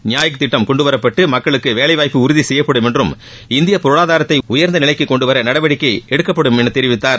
நியாயாக் திட்டம் கொண்டுவரப்பட்டு மக்களுக்கு வேலைவாய்ப்பு உறுதி செய்யப்படும் என்றும் இந்திய பொருளாதாரத்தை உயர்ந்த நிலைக்கு கொண்டுவர நடவடிக்கை எடுக்கப்படும் என தெரிவித்தார்